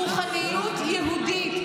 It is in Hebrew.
רוחניות יהודית,